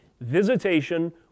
Visitation